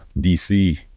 dc